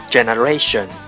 Generation